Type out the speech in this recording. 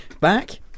back